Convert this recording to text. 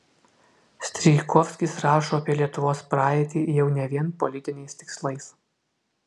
strijkovskis rašo apie lietuvos praeitį jau ne vien politiniais tikslais